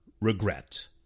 regret